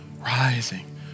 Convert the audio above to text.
rising